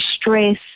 stress